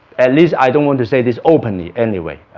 at least i don't want to say this openly anyway